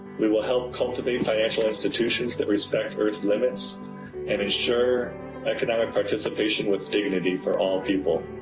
we will help cultivate financial institutions that respect earth s limits and ensure economic participation with dignity for all people.